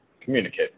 communicate